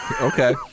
okay